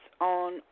on